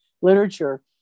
literature